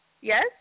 Yes